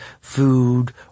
food